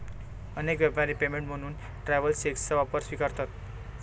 अनेक व्यापारी पेमेंट म्हणून ट्रॅव्हलर्स चेकचा वापर स्वीकारतात